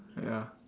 ya